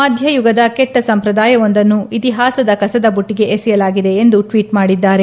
ಮಧ್ಯಯುಗದ ಕೆಟ್ಟ ಸಂಪ್ರದಾಯವೊಂದನ್ನು ಇತಿಹಾಸದ ಕಸದಬುಟ್ಲಗೆ ಎಸೆಯಲಾಗಿದೆ ಎಂದು ಟ್ನೀಟ್ ಮಾಡಿದ್ದಾರೆ